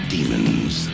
Demons